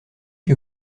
que